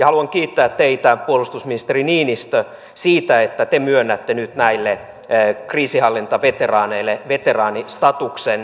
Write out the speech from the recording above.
haluan kiittää teitä puolustusministeri niinistö siitä että te myönnätte nyt näille kriisinhallintaveteraaneille veteraanistatuksen